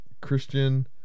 Christian